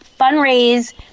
fundraise